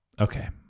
Okay